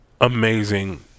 amazing